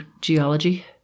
geology